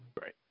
Right